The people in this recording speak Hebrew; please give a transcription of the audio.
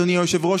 אדוני היושב-ראש,